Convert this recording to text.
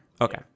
Okay